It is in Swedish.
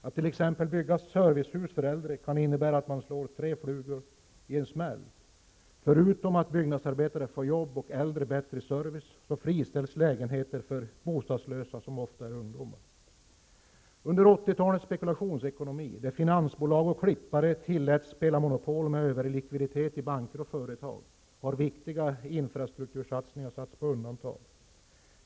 Att t.ex. bygga servicehus för äldre kan innebära att man slår tre flugor i en smäll. Förutom att byggnadsarbetare får jobb och äldre bättre service, friställs lägenheter till bostadslösa, som ofta är ungdomar. Under 80-talets spekulationsekonomi, där finansbolag och klippare tilläts spela Monopol med överlikviditet i banker och företag, har viktiga infrastruktursatsningar satts på undantag.